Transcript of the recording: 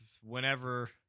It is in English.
whenever